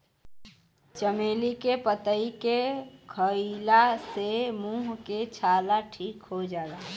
चमेली के पतइ के खईला से मुंह के छाला ठीक हो जाला